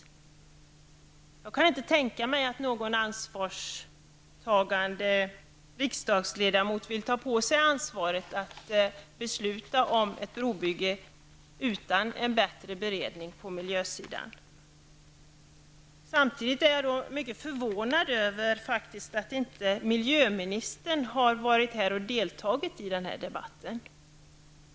Jag kan inte tänka mig att någon ansvarstagande riksdagsledamot vill ta på sig ansvaret att besluta om ett brobygge utan en bättre beredning på miljösidan. Samtidigt är jag mycket förvånad över att inte miljöministern har varit här och deltagit i debatten.